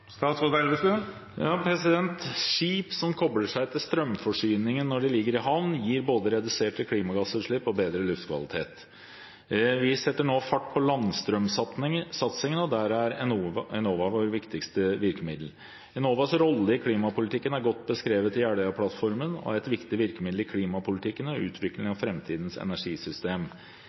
Skip som kobler seg til strømforsyningen når de ligger i havn, gir både reduserte klimagassutslipp og bedre luftkvalitet. Vi setter nå fart på landstrømsatsingen, og der er Enova vårt viktigste virkemiddel. Enovas rolle i klimapolitikken er godt beskrevet i Jeløya-plattformen, og er et viktig virkemiddel i klimapolitikken og i utviklingen av framtidens energisystem.